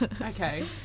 Okay